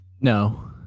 No